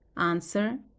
answer.